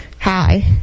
Hi